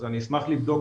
אז אני אשמח לבדוק,